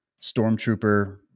stormtrooper